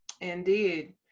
Indeed